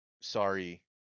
sorry